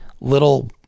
little